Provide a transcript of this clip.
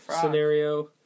scenario